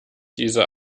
diese